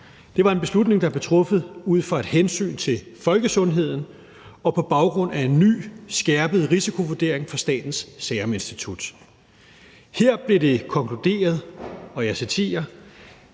Det var en beslutning, der blev truffet ud fra et hensyn til folkesundheden og på baggrund af en ny, skærpet risikovurdering fra Statens Serum Institut. Her blev det konkluderet – og jeg citerer: